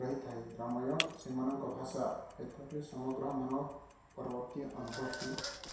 ରହିଥାଏ ରାମାୟଣ ସେମାନଙ୍କ ଭାଷା ଏତଟି ସମଗ୍ରମାନ ପରବର୍ତ୍ତୀ ଅନୁଭୂତି